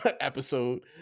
episode